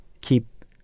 keep